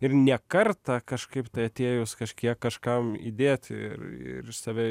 ir ne kartą kažkaip tai atėjus kažkiek kažkam įdėti ir ir save